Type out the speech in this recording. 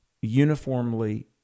uniformly